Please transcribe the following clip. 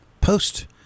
post-